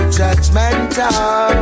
judgmental